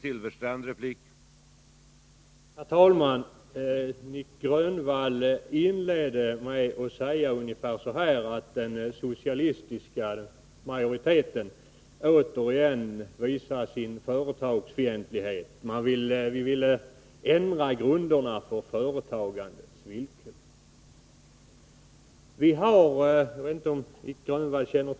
Herr talman! Nic Grönvall inledde med att säga ungefär så här: Den socialistiska majoriteten visar sig återigen företagsfientlig och vill ändra grunderna för företagandets villkor.